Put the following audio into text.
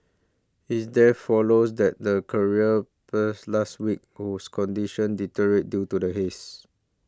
his death follows that the career purse last week whose condition deteriorated due to the haze